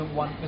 one